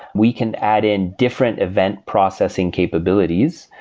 we can add in different event processing capabilities,